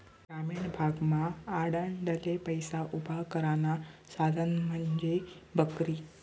ग्रामीण भागमा आडनडले पैसा उभा करानं साधन म्हंजी बकरी